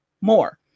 more